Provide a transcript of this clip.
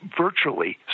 virtually